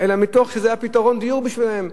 אלא מתוך שזה היה פתרון דיור בשבילם.